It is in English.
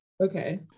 Okay